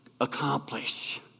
accomplish